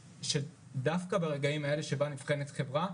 שדווקא ברגעים שבה נבחנת חברה,